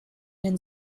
den